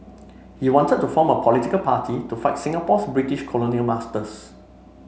he wanted to form a political party to fight Singapore's British colonial masters